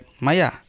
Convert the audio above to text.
maya